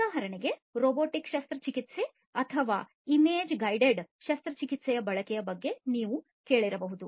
ಉದಾಹರಣೆಗೆ ರೊಬೊಟಿಕ್ ಶಸ್ತ್ರಚಿಕಿತ್ಸೆ ಅಥವಾ ಇಮೇಜ್ ಗೈಡೆಡ್ ಶಸ್ತ್ರಚಿಕಿತ್ಸೆಯ ಬಳಕೆಯ ಬಗ್ಗೆ ನೀವು ಕೇಳಿರಬೇಕು